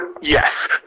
Yes